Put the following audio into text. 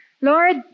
Lord